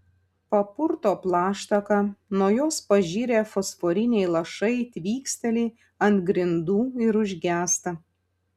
papurto plaštaką nuo jos pažirę fosforiniai lašai tvyksteli ant grindų ir užgęsta